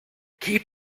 keep